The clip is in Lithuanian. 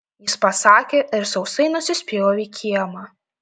jis pasakė ir sausai nusispjovė į kiemą